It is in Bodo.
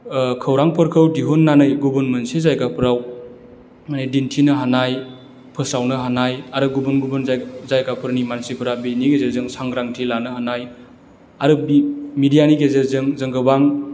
खौरांफोरखौ दिहुननानै गुबुन मोनसे जायगाफोराव दिन्थिनो हानाय फोसावनो हानाय आरो गुबुन गुबुन जायगाफोरनि मानसिफोरा बिनि गेजेरजों सांग्रांथि लानो हानाय आरो बे मिडियानि गेजेरजों जों गोबां